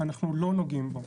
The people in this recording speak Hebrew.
אנחנו לא נוגעים בו.